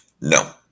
No